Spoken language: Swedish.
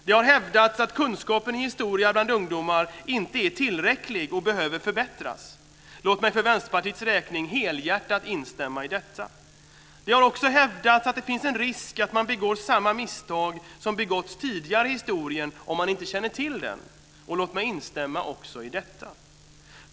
Det har hävdats att kunskapen i historia bland ungdomar inte är tillräcklig och behöver förbättras. Låt mig för Vänsterpartiets räkning helhjärtat instämma i detta. Det har också hävdats att det finns en risk att man begår samma misstag som begåtts tidigare i historien om man inte känner till den. Låt mig instämma också i detta.